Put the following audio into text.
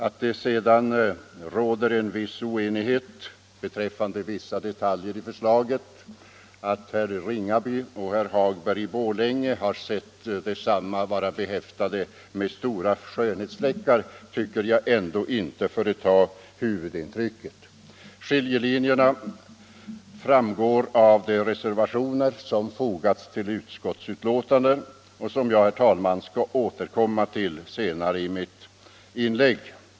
Att det sedan råder en viss oenighet beträffande vissa detaljer i förslaget, att herr Ringaby och herr Hagberg i Borlänge har sett detsamma vara behäftat med stora skönhetsfläckar, tycker jag inte förtar huvudintrycket. Skiljelinjerna framgår f. ö. av de reservationer som fogats vid betänkandet och som jag skall återkomma till senare i mitt inlägg.